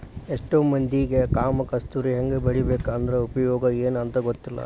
ಎಷ್ಟೋ ಮಂದಿಗೆ ಕಾಮ ಕಸ್ತೂರಿ ಹೆಂಗ ಬೆಳಿಬೇಕು ಅದ್ರ ಉಪಯೋಗ ಎನೂ ಅಂತಾ ಗೊತ್ತಿಲ್ಲ